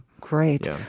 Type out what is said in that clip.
Great